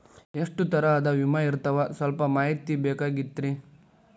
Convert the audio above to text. ಎಷ್ಟ ತರಹದ ವಿಮಾ ಇರ್ತಾವ ಸಲ್ಪ ಮಾಹಿತಿ ಬೇಕಾಗಿತ್ರಿ